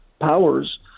powers